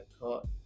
caught